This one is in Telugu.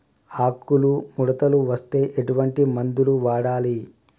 ఆకులు ముడతలు వస్తే ఎటువంటి మందులు వాడాలి?